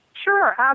Sure